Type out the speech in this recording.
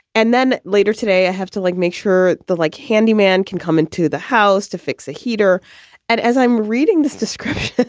and then later today, i have to like make sure the, like, handyman can come in to the house to fix a heater as i'm reading this description,